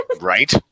Right